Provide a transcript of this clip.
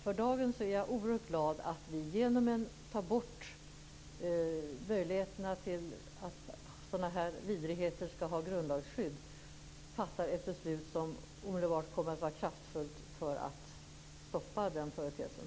För dagen är jag emellertid oerhört glad över att vi genom att ta bort möjligheten till grundlagsskydd för sådana här vidrigheter fattar ett beslut som omedelbart kommer att vara kraftfullt när det gäller att stoppa den här företeelsen.